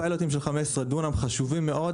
פיילוטים של 15 דונם הם חשובים מאוד,